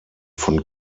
von